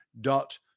dot